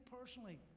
personally